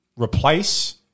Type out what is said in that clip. replace